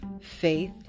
faith